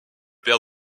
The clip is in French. père